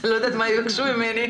אני לא יודעת מה יבקשו ממני.